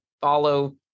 follow